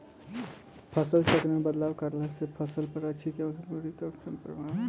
फसल चक्र मे बदलाव करला से फसल पर अच्छा की बुरा कैसन प्रभाव पड़ी?